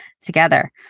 together